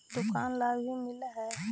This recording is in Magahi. दुकान ला भी मिलहै?